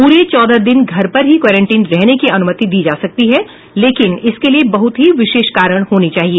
पूरे चौदह दिन घर पर ही क्वारंटीन रहने की अनुमति दी जा सकती है लेकिन इसके लिए बहुत ही विशेष कारण होने चाहिए